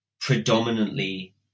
predominantly